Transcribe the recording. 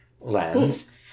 lens